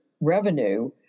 revenue